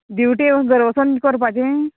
duty घरा वोसोन करपाचें